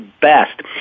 best